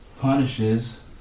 punishes